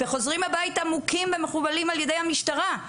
וחוזרים הביתה מוכים וחבולים על ידי המשטרה.